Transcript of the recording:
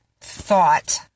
thought